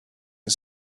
and